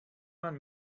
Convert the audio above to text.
man